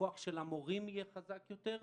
הכוח של המורים יהיה חזק יותר,